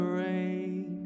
rain